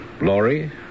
Laurie